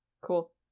Cool